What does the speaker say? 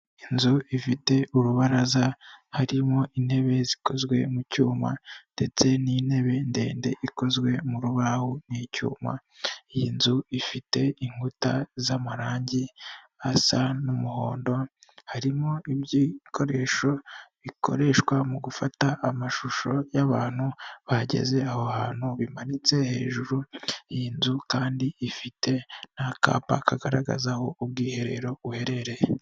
Inzu ifite urubaraza harimo intebe zikozwe mu cyuma ndetse n'intebe ndende ikozwe mu rubaho n'icyuma, iyi nzu ifite inkuta z'amarangi asa n'umuhondo, harimo ibikoresho bikoreshwa mu gufata amashusho y'abantu bageze aho hantu bimanitse hejuru y'inzu kandi ifite n'akapa kagaragaza aho ubwiherero buherereye.